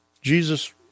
Jesus